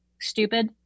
stupid